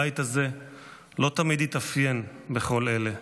הבית הזה לא תמיד התאפיין בכל אלה.